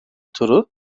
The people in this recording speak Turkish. turu